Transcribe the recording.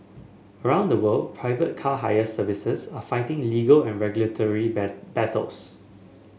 around the world private car hire services are fighting legal and regulatory battles